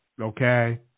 Okay